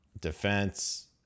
Defense